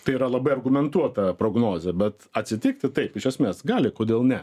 tai yra labai argumentuota prognozė bet atsitikti taip iš esmės gali kodėl ne